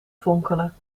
fonkelen